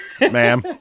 Ma'am